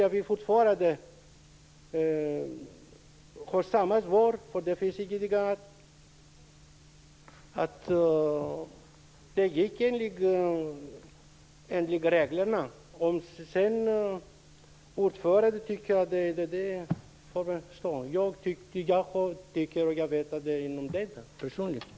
Jag har fortfarande samma svar, eftersom det inte finns något annat. Beredningen skedde enligt reglerna. Om sedan fru ordföranden inte är nöjd får det stå för henne. Jag tycker och vet att det har gått rätt till.